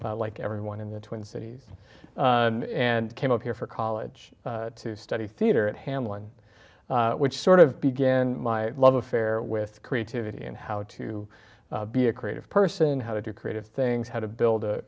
like everyone in the twin cities and came up here for college to study theater at hamlin which sort of began my love affair with creativity and how to be a creative person how to do creative things how to build